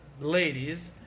ladies